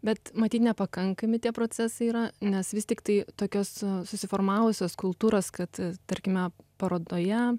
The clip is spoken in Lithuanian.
bet matyt nepakankami tie procesai yra nes vis tiktai tokios susiformavusios kultūros kad tarkime parodoje